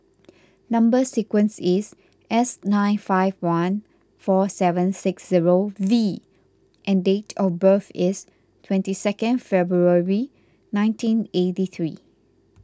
Number Sequence is S nine five one four seven six zero V and date of birth is twenty second February nineteen eighty three